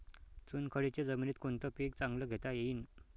चुनखडीच्या जमीनीत कोनतं पीक चांगलं घेता येईन?